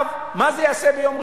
מה זה יעשה ביום ראשון,